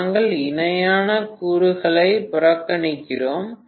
நாங்கள் இணையான கூறுகளை புறக்கணிக்கிறோம்